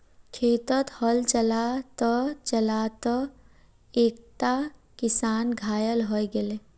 खेतत हल चला त चला त एकता किसान घायल हय गेले